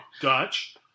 Dutch